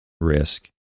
risk